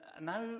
now